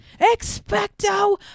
Expecto